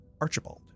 Archibald